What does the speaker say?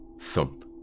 Thump